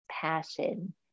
passion